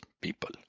people